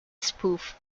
spoof